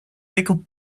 pickled